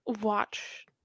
watch